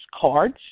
cards